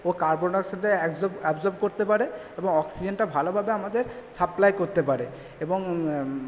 ও carbon ডাইঅক্সাইডটা absorb করতে পারে এবং অক্সিজেনটা ভালোভাবে আমাদের সাপ্লাই করতে পারে এবং